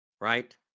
right